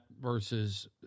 versus